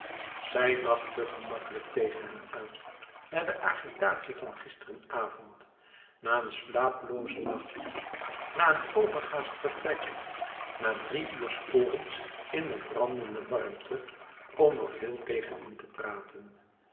zij lag te gemakkelijk tegen hem aan na de agitatie van gisteren avond na een slapeloozen nacht na een overhaast vertrek na drie uur sporens in de brandende warmte om er veel tegen in te praten